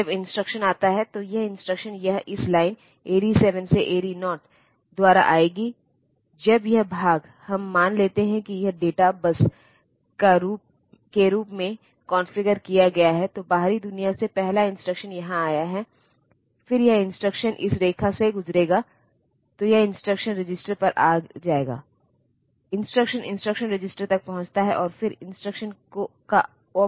तो जब मैं कहता हूं कि 74 इंस्ट्रक्शन जैसे कि अड्डीसन एक इंस्ट्रक्शन है सब्ट्रैक्ट एक इंस्ट्रक्शन है मूव एक इंस्ट्रक्शन है लोड एक इंस्ट्रक्शन है जैसे